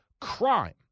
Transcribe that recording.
crime